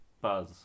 Buzz